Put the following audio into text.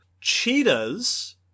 Cheetahs